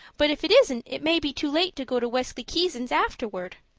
but if it isn't it may be too late to go to wesley keyson's afterward.